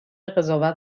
قضاوت